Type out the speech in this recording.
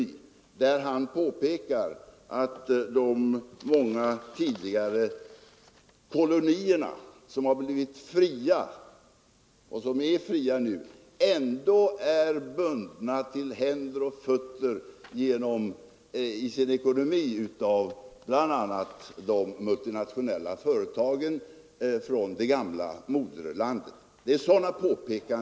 Stats 107 rådet Lidbom påpekar att de många tidigare kolonierna, som är fria nu, i sin ekonomi ändå är bundna av bl.a. de multinationella företagen från det gamla moderlandet.